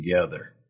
together